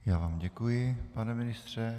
Já vám děkuji, pane ministře.